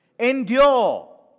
Endure